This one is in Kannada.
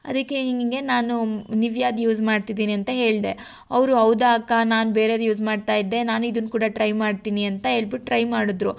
ಅದಕ್ಕೆ ಹಿಂಗಿಂಗೆ ನಾನು ನಿವಿಯಾದ್ದು ಯೂಸ್ ಮಾಡ್ತಿದ್ದೀನಿ ಅಂತ ಹೇಳ್ದೆ ಅವರು ಹೌದಾ ಅಕ್ಕ ನಾನು ಬೇರೆದು ಯೂಸ್ ಮಾಡ್ತಾ ಇದ್ದೆ ನಾನು ಇದನ್ನು ಕೂಡ ಟ್ರೈ ಮಾಡ್ತೀನಿ ಅಂತ ಹೇಳ್ಬಿಟ್ಟು ಟ್ರೈ ಮಾಡಿದ್ರು